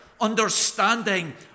understanding